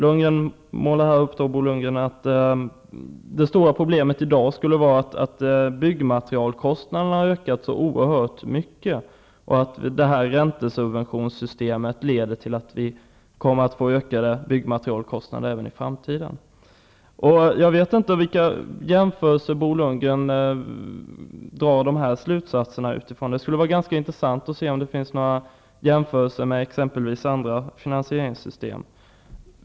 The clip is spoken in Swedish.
Bo Lundgren påstår här att det stora problemet i dag skulle vara att byggmaterialkostnaderna har ökat oerhört mycket och att räntesubventionssystemet kommer att leda till ökade byggmaterialkostnader även i framtiden. Jag vet inte på vilka jämförelser statsrådet grundar dessa slutsatser. Det skulle vara intressant att höra om det har gjorts några jämförelser med andra finansieringssystem.